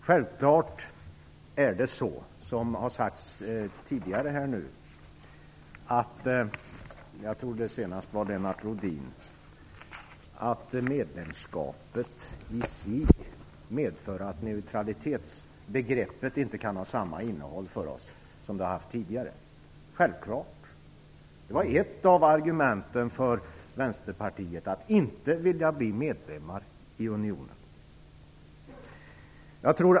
Det är självfallet så som det har sagts här tidigare, nämligen att medlemskapet i sig medför att neutralitetsbegreppet inte kan ha samma innehåll för oss som det har haft tidigare. Jag tror att det var Lennart Rohdin som sade det senast, och det är självklart. Det var ett av argumenten för att Vänsterpartiet inte ville att vi skulle bli medlemmar i unionen.